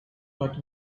but